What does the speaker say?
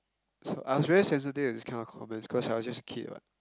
so I was very sensitive to these kind of comments cause I was just a kid [what]